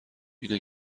اینه